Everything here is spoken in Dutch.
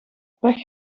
pech